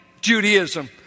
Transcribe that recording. Judaism